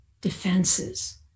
defenses